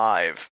Live